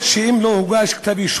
עד עשר דקות לרשותך.